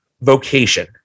vocation